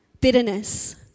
bitterness